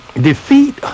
defeat